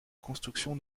construction